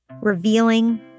Revealing